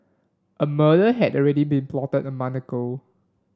a murder had already been plotted a month ago